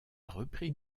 repris